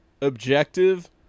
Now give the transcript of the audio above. objective